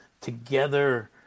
together